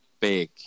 big